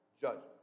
judgment